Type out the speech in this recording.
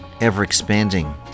ever-expanding